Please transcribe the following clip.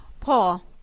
Paul